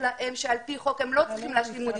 להם שעל פי חוק הם לא צריכים להשלים לימודים.